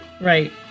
Right